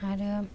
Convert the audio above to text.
आरो